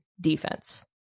defense